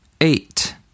eight